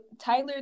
Tyler